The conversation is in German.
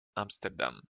amsterdam